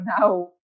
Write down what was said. now